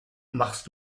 machst